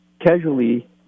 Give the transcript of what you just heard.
casually